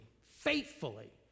faithfully